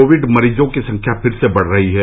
Covid मरीजों की संख्या फिर से बढ़ रही है